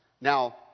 now